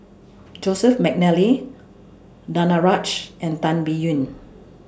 Joseph Mcnally Danaraj and Tan Biyun